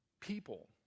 People